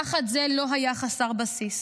פחד זה לא היה חסר בסיס.